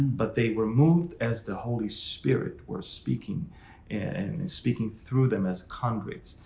but they were moved as the holy spirit were speaking and speaking through them as conduits.